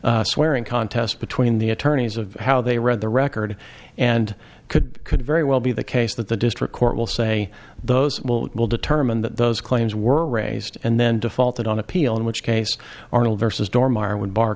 of swearing contest between the attorneys of how they read the record and could could very well be the case that the district court will say those will will determine that those claims were raised and then defaulted on appeal in which case arnold versus dorm are w